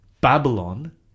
Babylon